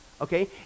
okay